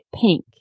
pink